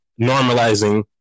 normalizing